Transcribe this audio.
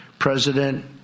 President